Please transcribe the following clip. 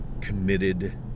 committed